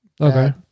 Okay